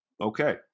Okay